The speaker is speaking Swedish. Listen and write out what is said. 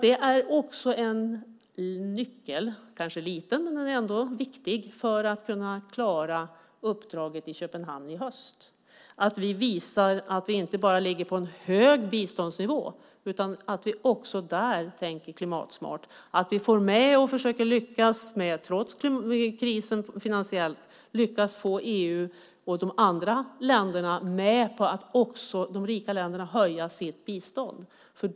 Det är också en nyckel, kanske liten men ändå viktig, för att kunna klara uppdraget i Köpenhamn i höst att vi visar att vi inte bara ligger på en hög biståndsnivå utan att vi också där tänker klimatsmart och trots den finansiella krisen försöker få EU och de andra länderna med på att också de rika länderna ska höja sitt bistånd.